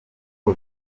uwo